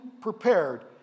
prepared